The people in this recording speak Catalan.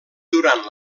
durant